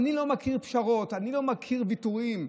אני לא מכיר פשרות, אני לא מכיר ויתורים.